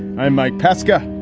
i'm mike pesca.